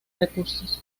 recursos